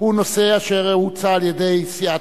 הצעת סיעת